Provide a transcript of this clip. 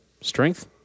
Strength